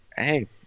Hey